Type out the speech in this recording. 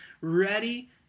ready